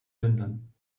lindern